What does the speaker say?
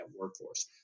workforce